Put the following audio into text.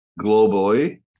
globally